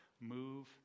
Move